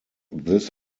this